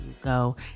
go